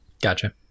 Gotcha